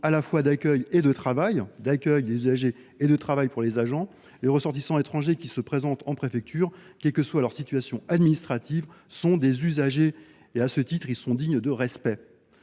insidieuse des conditions d’accueil des usagers et de travail des agents. Les ressortissants étrangers qui se présentent en préfecture, quelle que soit leur situation administrative, sont des usagers. À ce titre, ils sont dignes de respect.